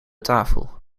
tafel